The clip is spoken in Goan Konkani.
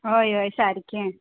हय हय सारकें